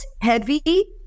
heavy